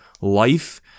life